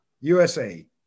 USA